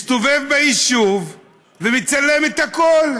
מסתובב ביישוב ומצלם את הכול,